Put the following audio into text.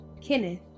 Kenneth